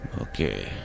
Okay